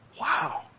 Wow